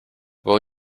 will